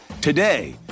Today